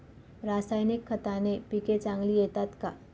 रासायनिक खताने पिके चांगली येतात का?